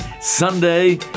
Sunday